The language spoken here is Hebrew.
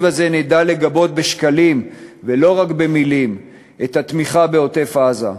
הזה נדע לגבות בשקלים ולא רק במילים את התמיכה בעוטף-עזה,